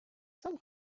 some